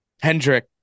Hendrick